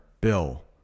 bill